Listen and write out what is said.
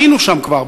היינו שם כבר,